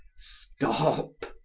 stop!